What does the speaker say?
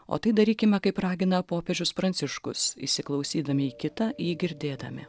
o tai darykime kaip ragina popiežius pranciškus įsiklausydami į kitą jį girdėdami